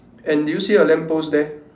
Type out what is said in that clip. and do you see a lamp post there